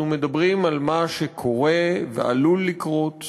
אנחנו מדברים על מה שקורה ועלול לקרות